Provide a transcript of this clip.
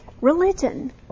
religion